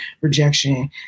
rejection